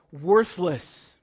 worthless